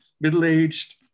middle-aged